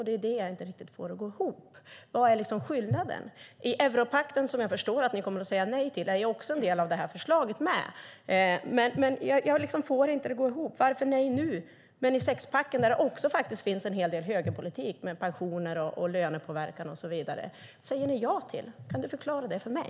Det är detta jag inte riktigt får att gå ihop. Vad är skillnaden? I europakten, som jag förstår att ni kommer att säga nej till, är också en del av det här förslaget med. Jag får det inte att gå ihop. Varför ett nej nu när ni säger ja till sexpacken, som det ju också finns en del högerpolitik i när det gäller pensioner, lönepåverkan och så vidare? Kan du förklara detta för mig?